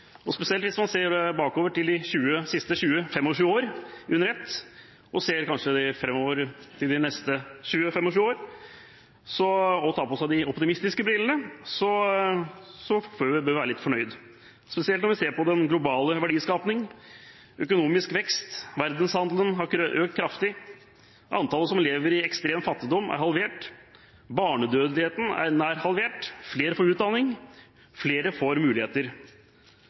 Spesielt hvis man ser bakover, på de siste 20–25 år under ett, og kanskje også framover, mot de neste 20–25 år, og tar på seg de optimistiske brillene, bør vi være litt fornøyde. Det gjelder spesielt når vi ser på global verdiskapning og økonomisk vekst; verdenshandelen har økt kraftig, antallet som lever i ekstrem fattigdom, er halvert, barnedødeligheten er nær halvert, flere får utdanning, flere får muligheter